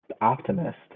Optimist